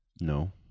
No